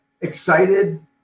excited